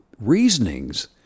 reasonings